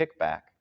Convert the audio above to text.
kickback